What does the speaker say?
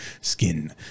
skin